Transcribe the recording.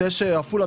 עפולה,